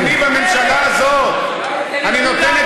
חבר הכנסת